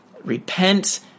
repent